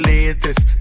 Latest